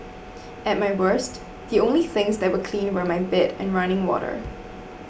at my worst the only things that were clean were my bed and running water